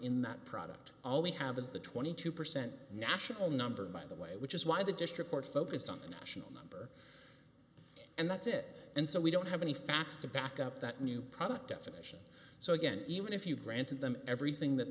in that product all we have is the twenty two percent national number by the way which is why the district court focused on the national numbers and that's it and so we don't have any facts to back up that new product definition so again even if you granted them everything that